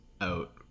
out